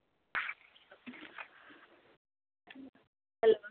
hello